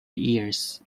years